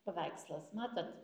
paveikslas matot